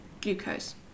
glucose